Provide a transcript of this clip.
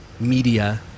media